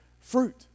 fruit